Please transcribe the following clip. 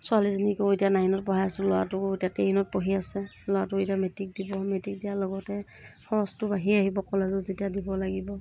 ছোৱালীজনীকো এতিয়া নাইনত পঢ়াই আছোঁ ল'ৰাটোও এতিয়া টেনত পঢ়ি আছে ল'ৰাটো এতিয়া মেট্ৰিক দিব মেট্ৰিক দিয়াৰ লগতে খৰচটো বাঢ়ি আহিব কলেজত যেতিয়া দিব লাগিব